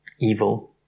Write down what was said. evil